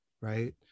right